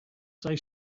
say